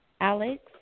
Alex